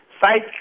site